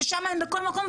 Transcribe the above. ששם הם בכל מקום,